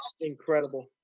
Incredible